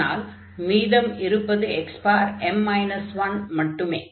அதையடுத்து மீதம் இருப்பது xm 1 மட்டுமே